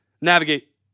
navigate